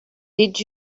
did